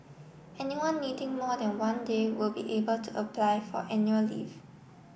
anyone needing more than one day will be able to apply for annual leave